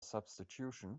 substitution